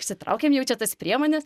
išsitraukėm jaučia tas priemones